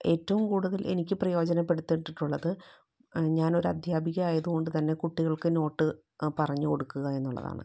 ഏറ്റവും കൂടുതൽ എനിക്ക് പ്രയോജനപ്പെടുത്തിയിട്ടുള്ളത് ഞാൻ ഒരു അധ്യാപിക ആയതുകൊണ്ടു തന്നെ കുട്ടികൾക്ക് നോട്ട് പറഞ്ഞു കൊടുക്കുക എന്നുള്ളതാണ്